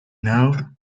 now